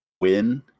win